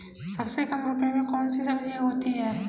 सबसे कम रुपये में कौन सी सब्जी होती है?